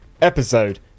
episode